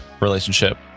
relationship